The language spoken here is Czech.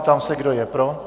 Ptám se, kdo je pro.